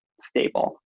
stable